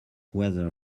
whether